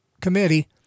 committee